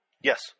Yes